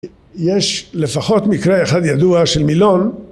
יש לפחות מקרה אחד ידוע של מילון